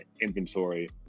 inventory